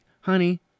honey